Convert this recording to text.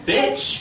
Bitch